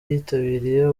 yitabiriye